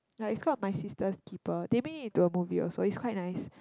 like it's called My Sister's Keeper they made it into a movie also it's quite nice